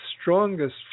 strongest